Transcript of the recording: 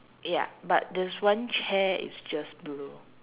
ya but there's one chair is just blue